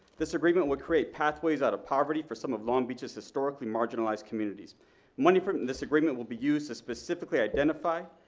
this agreement would create pathways out of poverty for some of long beach's historically marginalized communities. the money from this agreement will be used to specifically identify,